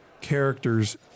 character's